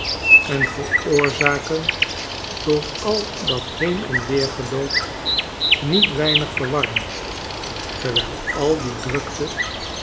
en veroorzaken door al dat heen en weer geloop niet weinig verwarring terwijl al die drukte